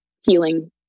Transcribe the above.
healing